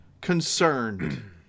concerned